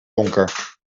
donker